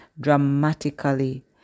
dramatically